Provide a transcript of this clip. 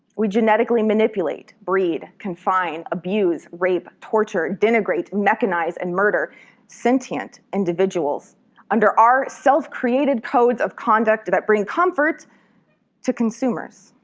we genetically manipulate, breed, confine, abuse, rape, torture, denigrate, mechanize, and murder sentient individuals under our self-created codes of conduct that bring comfort to consumers.